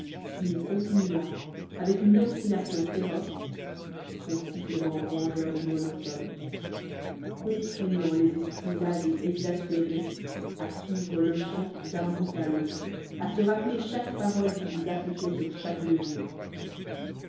il continua avec une obstination féroce son sifflement vengeur et monotone contraignant les esprits las et exaspérés à suivre le chant d'un bout à l'autre à se rappeler chaque parole qu'ils appliquaient sur chaque mesure